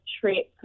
trip